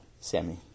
Sammy